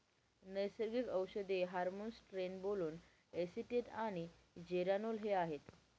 नैसर्गिक औषधे hormones trenbolone acetate आणि जेरानोल हे आहेत